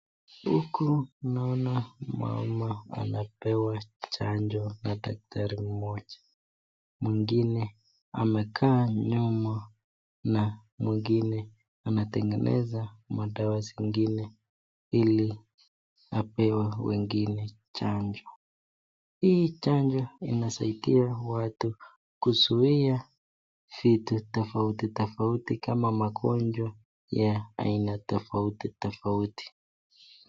Huku naona mama anapewa chanjo na daktari mmoja mwingine amekaa nyumo na mwingine anatengenesa madawa zingine hili apewe wengine chanjo, hii chanjo inasaidia watu kuzuia vitu tafauti tafauti kama magonjwa ya aina tafauti tafauti.